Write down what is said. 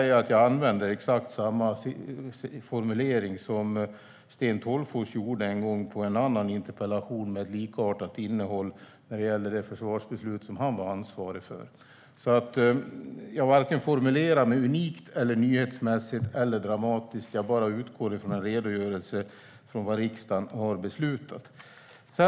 Jag använde exakt samma formulering som Sten Tolgfors gjorde en gång som svar på en annan interpellation med likartat innehåll om det försvarsbeslut som han var ansvarig för. Jag formulerar mig varken unikt, nyhetsmässigt eller dramatiskt. Jag utgår bara från en redogörelse för vad riksdagen har beslutat.